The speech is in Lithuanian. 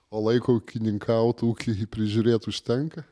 o laiko ūkininkaut ūkį prižiūrėt užtenka